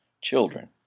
children